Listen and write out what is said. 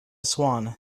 swan